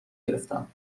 گرفتم